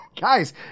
Guys